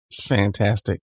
Fantastic